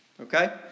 okay